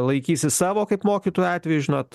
laikysis savo kaip mokytojų atveju žinot